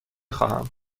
خواهم